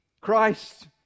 Christ